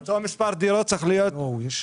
לא מבין.